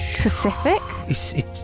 Pacific